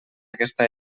aquesta